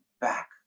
back